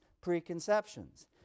preconceptions